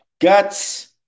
Guts